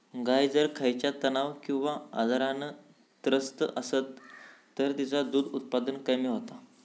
गाय जर खयच्या तणाव किंवा आजारान त्रस्त असात तर तिचा दुध उत्पादन कमी होता